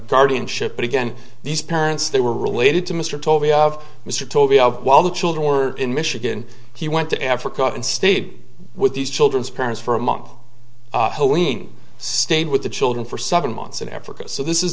guardianship but again these parents they were related to mr tovey of mr toby while the children were in michigan he went to africa and stayed with these children's parents for a month hoeing stayed with the children for seven months in africa so this is